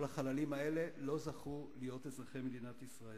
כל החללים האלה לא זכו להיות אזרחי מדינת ישראל.